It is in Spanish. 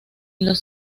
los